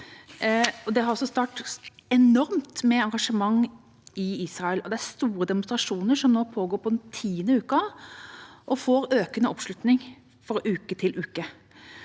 Det har også startet et enormt engasjement i Israel. Det er store demonstrasjoner som nå pågår på den tiende uka, og som får økende oppslutning fra uke til uke.